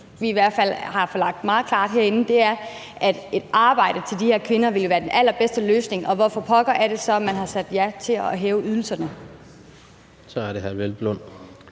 fået fremlagt meget klart herinde, er, at et arbejde til de her kvinder ville være den allerbedste løsning. Hvorfor pokker er det så, at man har sagt ja til at hæve ydelserne? Kl.